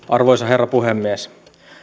arvoisa herra puhemies